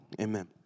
amen